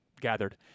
gathered